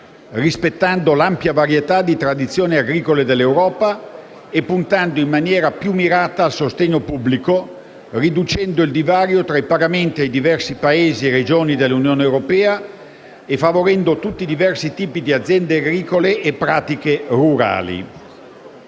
rispettando l'ampia varietà di tradizioni agricole dell'Europa, puntando in maniera più mirata al sostegno pubblico, riducendo il divario tra i pagamenti ai diversi Paesi e regioni dell'Unione europea e favorendo tutti i diversi tipi di aziende agricole e pratiche rurali.